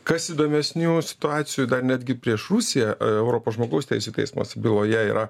kas įdomesnių situacijų dar netgi prieš rusiją europos žmogaus teisių teismas byloje yra